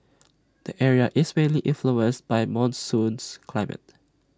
the area is mainly influenced by monsoons climate